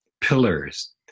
pillars